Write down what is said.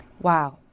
Wow